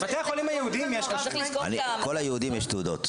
בתי החולים היהודיים --- כל היהודים יש תעודות.